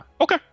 Okay